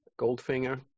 goldfinger